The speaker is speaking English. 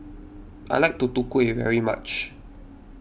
I like Tutu Kueh very much